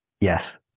Yes